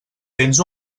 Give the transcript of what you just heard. tens